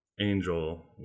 Angel